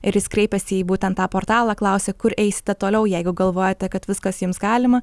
ir jis kreipiasi į būtent tą portalą klausia kur eisite toliau jeigu galvojate kad viskas jums galima